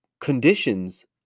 conditions